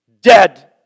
dead